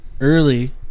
early